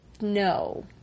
No